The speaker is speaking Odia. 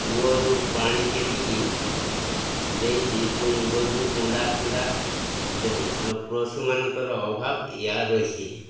କୂଅରୁ ପାଣି ଟେକିକି ଦେଇକି ଗୋରୁକୁ କୁଣ୍ଡା ଫୁଣ୍ଡା ଦେଉଁ ଆଉ ପଶୁମାନଙ୍କର ଅଭାବ ଏହା ରହିଛି